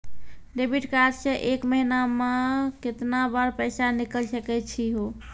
Debit card से एक महीना मा केतना बार पैसा निकल सकै छि हो?